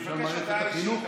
למשל מערכת החינוך,